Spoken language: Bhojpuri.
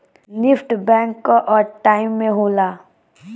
निफ्ट बैंक कअ टाइम में होला